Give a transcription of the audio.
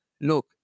Look